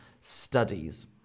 studies